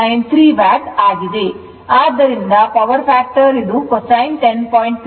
793 Watt ಆದ್ದರಿಂದ power factor cosine 10